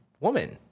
woman